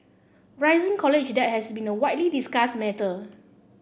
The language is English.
rising college debt has been a widely discussed matter